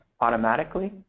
automatically